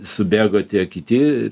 subėgo tie kiti ryškiau